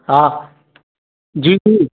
हा जी जी